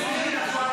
עמית?